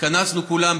התכנסנו כולם,